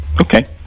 Okay